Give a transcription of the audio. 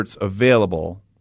available